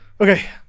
Okay